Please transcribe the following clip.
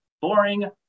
Boring